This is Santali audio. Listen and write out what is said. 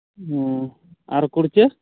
ᱦᱩᱸ ᱟᱨ ᱠᱩᱲᱪᱟᱹ